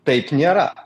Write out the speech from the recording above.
taip nėra